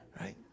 Right